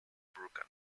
broken